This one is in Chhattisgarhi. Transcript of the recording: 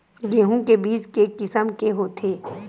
गेहूं के बीज के किसम के होथे?